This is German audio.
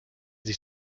sich